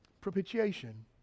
Propitiation